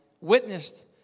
witnessed